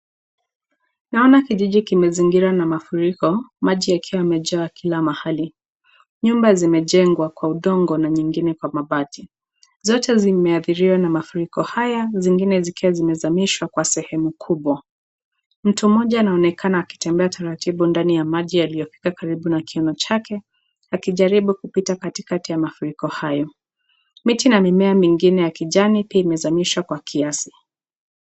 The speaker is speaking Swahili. Naona kijiji kimezingirwa na mafuriko, maji yakiwa yamejaa kila mahali. Nyumba zimejengwa kwa udongo na nyingine kwa mabati. Zote zimeathiriwa na mafuriko haya, zingine zikiwa zimezamishwa kwa sehemu kubwa. Mtu mmoja anaonekana akitembea taratibu ndani ya maji yaliyofika karibu na kiuno chake akijaribu kupita katikati ya mafuriko hayo. Miti na mimea mingine ya kijani pia imezamishwa kwa kiasi.